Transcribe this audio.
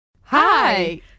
Hi